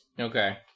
Okay